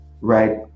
right